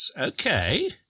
Okay